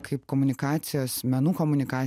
kaip komunikacijos menų komunikacijos